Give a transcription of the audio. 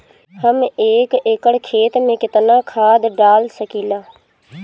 हम एक एकड़ खेत में केतना खाद डाल सकिला?